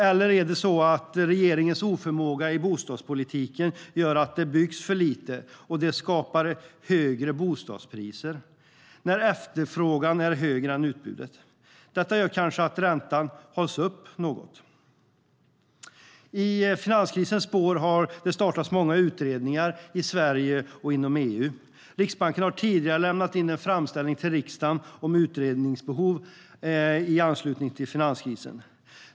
Eller är det så att regeringens oförmåga i bostadspolitiken gör att det byggs för lite och att det skapar högre bostadspriser när efterfrågan är högre än utbudet? Detta gör kanske att räntan hålls uppe något. I finanskrisernas spår har det startats många utredningar i Sverige och inom EU. Riksbanken har tidigare lämnat in en framställning till riksdagen om utredningsbehov med anledning av finanskrisen.